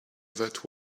that